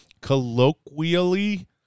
Colloquially